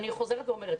אני חוזרת ואומרת,